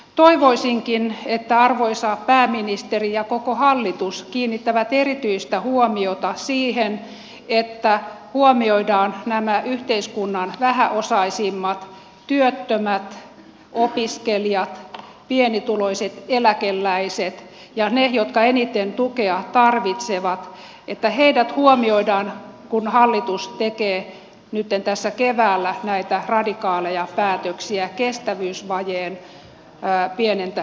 toivoisinkin että arvoisa pääministeri ja koko hallitus kiinnittävät erityistä huomiota siihen että huomioidaan nämä yhteiskunnan vähäosaisimmat työttömät opiskelijat pienituloiset eläkeläiset ja ne jotka eniten tukea tarvitsevat kun hallitus tekee nytten keväällä näitä radikaaleja päätöksiä kestävyysvajeen pienentämiseksi